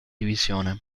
divisione